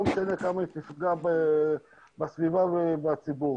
משנה כמה היא תפגע בסביבה ובציבור.